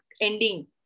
ending